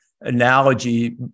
analogy